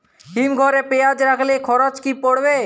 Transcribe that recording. হিম ঘরে পেঁয়াজ রাখলে খরচ কি পড়বে?